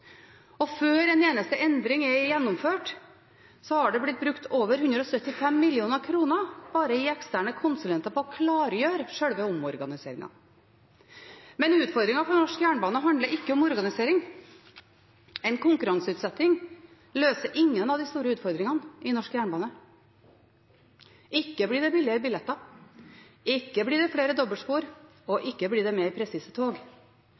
Før en eneste endring er gjennomført, har det blitt brukt over 175 mill. kr bare til eksterne konsulenter på å klargjøre selve omorganiseringen. Men utfordringen for norsk jernbane handler ikke om organisering. En konkurranseutsetting løser ingen av de store utfordringene i norsk jernbane. Ikke blir det billigere billetter, ikke blir det flere dobbeltspor og ikke blir det mer presise tog.